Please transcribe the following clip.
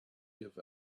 give